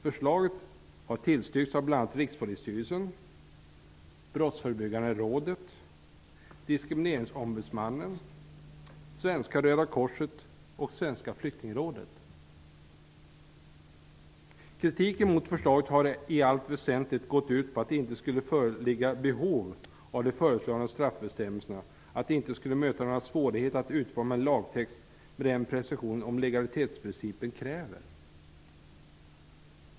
Förslaget har tillstyrkts av bl.a. Rikspolisstyrelsen. Kritiken mot förslaget har i allt väsentligt gått ut på att det inte skulle föreligga behov av de föreslagna straffbestämmelserna och att det inte skulle möta några svårigheter att utforma en lagtext med den precision som legalitetsprincipen kräver.